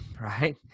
right